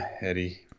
Eddie